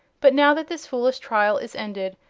but now that this foolish trial is ended,